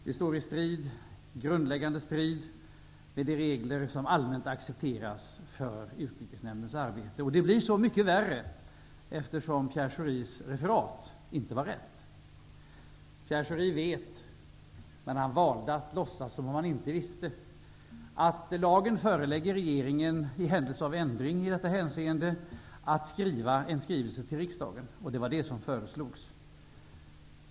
Det står i strid med de grundläggande regler som allmänt accepteras för Utrikesnämndens arbete. Det blir så mycket värre då Pierre Schoris referat inte var rätt. Pierre Schori vet, men valde att låtsas som om han inte visste, att lagen förelägger regeringen i händelse av ändring i detta hänseende att lämna en skrivelse till riksdagen. Det var det som föreslogs.